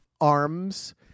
arms